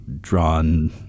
drawn